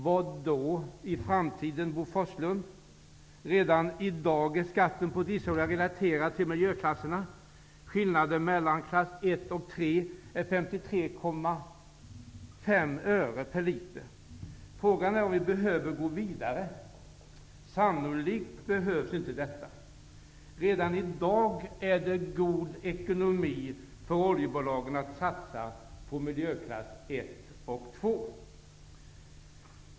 Vad menas här med ''i framtiden'', Bo Forslund? Redan i dag är skatten på dieselolja relaterad till miljöklasserna. Skillnaden mellan klass 1 och 3 är 53,5 öre per liter. Frågan är om vi behöver gå vidare. Sannolikt behövs inte detta. Redan i dag är det god ekonomi för oljebolagen att satsa på miljöklasserna 1 och 2.